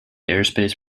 airspace